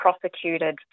prosecuted